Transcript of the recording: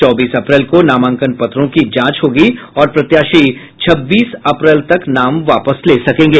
चौबीस अप्रैल को नामांकन पत्रों की जांच होगी और प्रत्याशी छब्बीस अप्रैल तक नाम वापस ले सकेंगे